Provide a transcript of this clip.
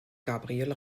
gabriel